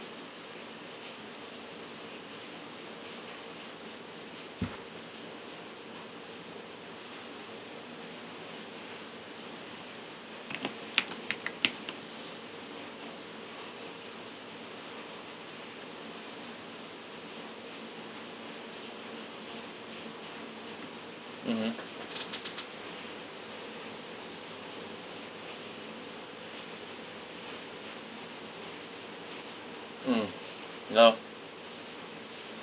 mmhmm mm ya lor